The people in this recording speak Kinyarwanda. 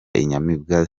inyamibwa